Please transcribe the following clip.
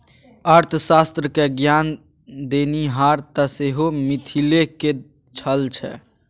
अर्थशास्त्र क ज्ञान देनिहार तँ सेहो मिथिलेक छल ने